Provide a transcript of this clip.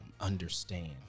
understand